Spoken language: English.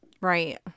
right